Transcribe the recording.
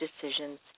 decisions